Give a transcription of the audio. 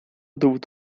dowód